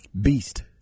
beast